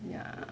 ya